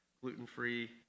gluten-free